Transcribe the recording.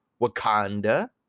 wakanda